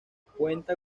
cuenta